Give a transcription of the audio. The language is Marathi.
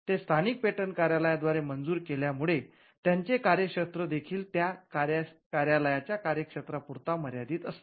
ते स्थानिक पेटंट कार्यालयांद्वारे मंजूर केल्यामुळे त्यांचे कार्यक्षेत्र देखील त्या कार्यालयांच्या कार्यक्षेत्रापुरता मर्यादित असते